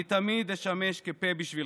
אני תמיד אשמש כפה בשבילכם.